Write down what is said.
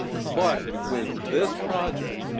but with this project,